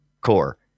core